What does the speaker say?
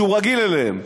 שהוא רגיל אליהם.